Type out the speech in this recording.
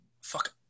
Fuck